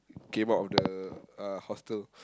came out of the uh hostel